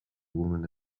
women